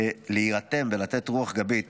להירתם ולתת רוח גבית